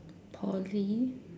Poly